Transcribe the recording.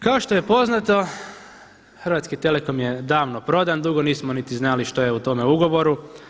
Kao što je poznato Hrvatski telekom je davno prodan, dugo nismo niti znali što je u tome ugovoru.